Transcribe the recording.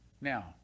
Now